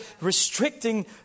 restricting